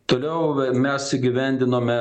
toliauv mes įgyvendinome